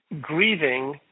grieving